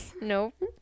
Nope